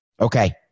Okay